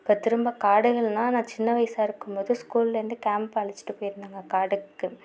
இப்போ திரும்ப காடுகள்லாம் நான் சின்ன வயசாக இருக்கும்போது ஸ்கூல்லேருந்து கேம்ப் அழைச்சிட்டு போயிருந்தாங்க காடுக்கு